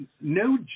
No